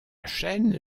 chaîne